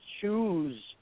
choose